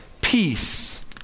peace